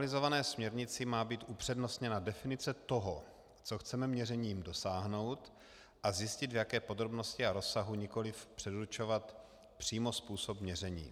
V aktualizované směrnici má být upřednostněna definice toho, co chceme měřením dosáhnout, a zjistit, v jaké podrobnosti a rozsahu, nikoli předurčovat přímo způsob měření.